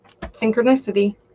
Synchronicity